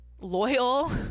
loyal